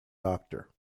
doctor